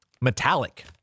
metallic